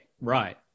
right